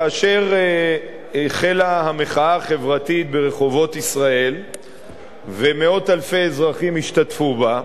כאשר החלה המחאה החברתית ברחובות ישראל ומאות אלפי אזרחים השתתפו בה,